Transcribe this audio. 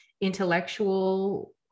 intellectual